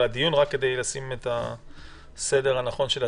אבל כדי לשים את הסדר הנכון של הדברים,